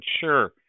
sure